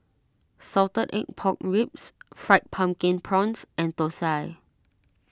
Salted Egg Pork Ribs Fried Pumpkin Prawns and Thosai